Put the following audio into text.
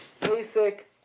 basic